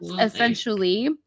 essentially